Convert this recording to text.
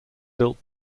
built